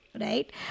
Right